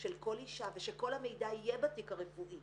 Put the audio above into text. של כל אישה ושכל המידע יהיה בתיק הרפואי